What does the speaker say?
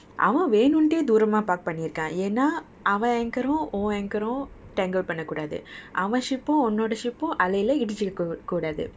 அவன் வேனும்னே தூரமா:avan venumne thoorama park பண்ணிருக்கான் ஏனா அவன்:pannirukkan yenna avan anchor ரும் உன்:rum un anchor ரும்:rum tangle பண்ண கூடாது அவன்:panna koodathu avan ship பும் உன்:pum un ship பும் அலைலே இடிச்சிக்க கூடாது:pum alailae idichikka koodathu